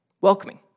Welcoming